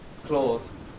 claws